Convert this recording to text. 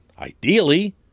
Ideally